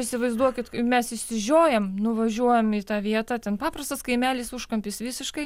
įsivaizduokit mes išsižiojam nuvažiuojam į tą vietą ten paprastas kaimelis užkampis visiškai